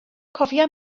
cofia